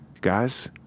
guys